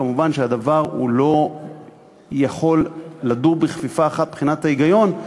כמובן שהדברים לא יכולים לדור בכפיפה אחת מבחינת ההיגיון,